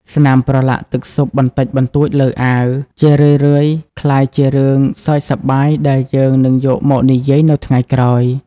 ស្នាមប្រឡាក់ទឹកស៊ុបបន្តិចបន្តួចលើអាវ ជារឿយៗក្លាយជារឿងសើចសប្បាយដែលយើងនឹងយកមកនិយាយនៅថ្ងៃក្រោយ។